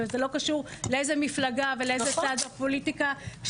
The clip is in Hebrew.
וזה לא קשור לאיזה מפלגה ולאיזה צד בפוליטיקה,